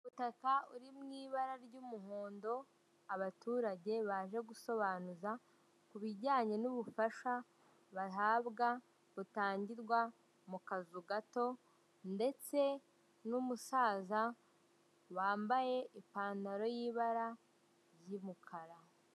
Umutaka uri mu ibara ry'umuhondo, abaturage baje gusobanuza kubijyanye n'ubufasha bahabawa butangirwa mu kazu gato ndetse n'umusaza wambaye ipantaro y'ibara y'umukara.